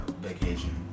vacation